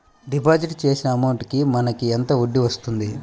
Deposit చేసిన amount కి మనకి ఎంత వడ్డీ వస్తుంది?